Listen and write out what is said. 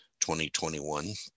2021